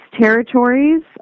territories